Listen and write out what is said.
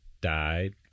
died